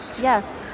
Yes